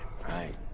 right